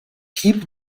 keep